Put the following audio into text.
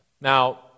Now